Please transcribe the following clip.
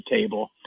table